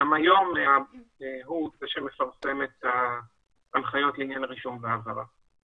גם היום הוא זה שמפרסם את ההנחיות לעניין הרישום וההעברה.